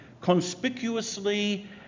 conspicuously